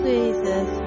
Jesus